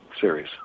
series